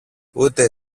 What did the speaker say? ούτε